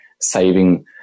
saving